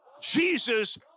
Jesus